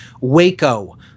Waco